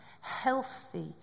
healthy